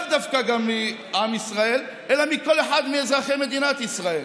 וגם לאו דווקא מעם ישראל אלא מכל אחד מאזרחי מדינת ישראל.